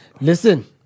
Listen